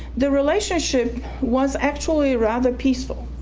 the relationship was actually rather peaceful.